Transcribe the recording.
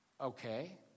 Okay